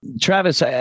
Travis